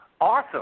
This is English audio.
Awesome